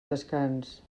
descans